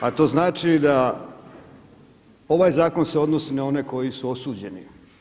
A to znači da ovaj zakon se odnosi na one koji su osuđeni.